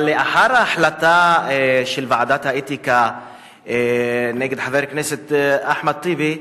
אבל לאחר ההחלטה של ועדת האתיקה נגד חבר הכנסת אחמד טיבי,